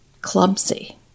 clumsy